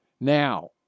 Now